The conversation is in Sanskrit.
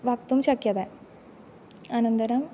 वक्तुं शक्यते अनन्तरं